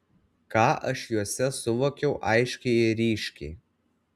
ką aš juose suvokiau aiškiai ir ryškiai